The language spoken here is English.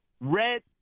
Red